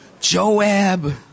Joab